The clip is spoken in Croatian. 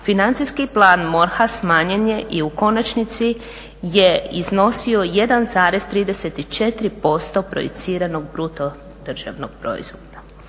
Financijski plan MORH-a smanjen je i u konačnici je iznosio 1,34% projiciranog BDP-a. to